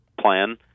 plan